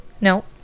No